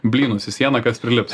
blynus į sieną kas prilips